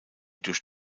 durch